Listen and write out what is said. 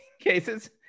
cases